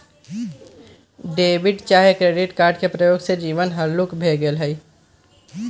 debit चाहे credit card के प्रयोग से जीवन हल्लुक भें गेल हइ